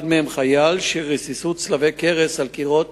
אחד מהם חייל, שריססו צלבי-קרס על קירות